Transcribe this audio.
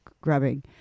grubbing